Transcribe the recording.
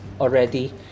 already